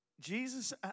Jesus